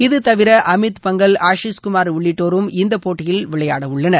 இது தவிர அமீத் பங்கல் ஆஷிஷ் குமார் உள்ளிட்டோரும் இந்த போட்டியில் விளையாடவுள்ளனர்